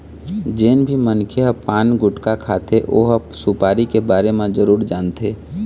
जेन भी मनखे ह पान, गुटका खाथे ओ ह सुपारी के बारे म जरूर जानथे